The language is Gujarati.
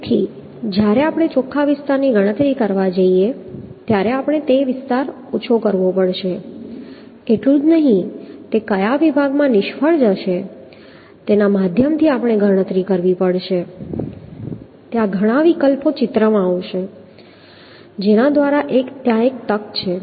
તેથી જ્યારે આપણે ચોખ્ખા વિસ્તારની ગણતરી કરવા જઈએ છીએ ત્યારે આપણે તે વિસ્તારને ઓછો કરવો પડશે એટલું જ નહીં કે તે કયા વિભાગમાં નિષ્ફળ જશે તેના માધ્યમથી આપણે ગણતરી કરવી પડશે ત્યાં ઘણા વિકલ્પો ચિત્રમાં આવશે જેના દ્વારા ત્યાં એક તક છે